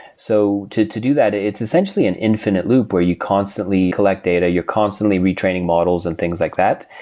so to to do that, it's essentially an infinite loop where you constantly collect data, you're constantly retraining models and things like that.